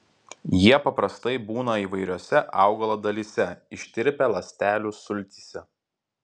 jie paprastai būna įvairiose augalo dalyse ištirpę ląstelių sultyse